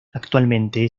actualmente